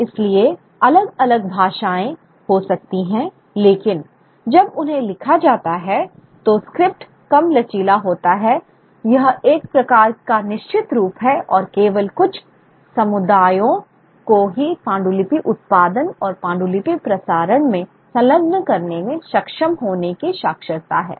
इसलिए अलग अलग भाषाएं हो सकती हैं लेकिन जब उन्हें लिखा जाता है तो स्क्रिप्ट कम लचीला होता है यह एक प्रकार का निश्चित रूप है और केवल कुछ समुदायों को ही पांडुलिपि उत्पादन और पांडुलिपि प्रसारण में संलग्न करने में सक्षम होने की साक्षरता है